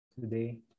today